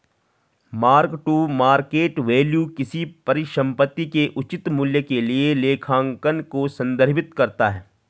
mark to market value किसी परिसंपत्ति के उचित मूल्य के लिए लेखांकन को संदर्भित करता है